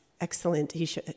excellent